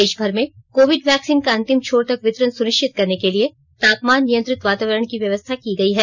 देश भर में कोविड वैक्सीन का अंतिम छोर तक वितरण सुनिश्चित करने के लिए तापमान नियंत्रित वातावरण की व्यवस्था की गई है